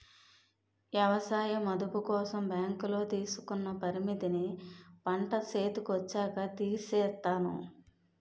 ఎవసాయ మదుపు కోసం బ్యాంకులో తీసుకున్న పరపతిని పంట సేతికొచ్చాక తీర్సేత్తాను